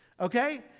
Okay